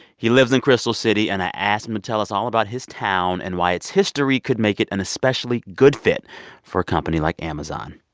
he lives in crystal city. and i asked him to tell us all about his town and why its history could make it an especially good fit for a company like amazon